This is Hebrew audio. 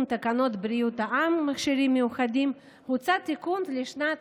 תקנות בריאות העם (מכשירים מיוחדים) הוצע תיקון לשנת